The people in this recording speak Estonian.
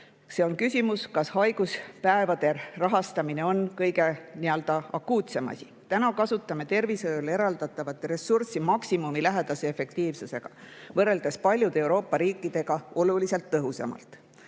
on selles, kas haiguspäevade rahastamine on kõige akuutsem asi. Me kasutame tervishoiule eraldatavat ressurssi maksimumilähedase efektiivsusega, võrreldes paljude Euroopa riikidega oluliselt tõhusamalt.